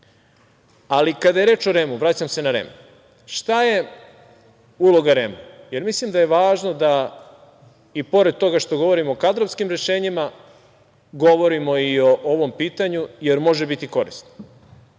pohvalu. Kada je reč o REM-u, vraćam se na REM, šta je uloga REM-a? Mislim da je važno da i pored toga što govorimo o kadrovskim rešenjima govorimo i o ovom pitanju, jer može biti korisno.